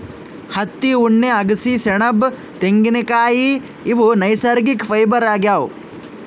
ಹತ್ತಿ ಉಣ್ಣೆ ಅಗಸಿ ಸೆಣಬ್ ತೆಂಗಿನ್ಕಾಯ್ ಇವ್ ನೈಸರ್ಗಿಕ್ ಫೈಬರ್ ಆಗ್ಯಾವ್